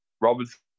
Robinson